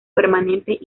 permanentes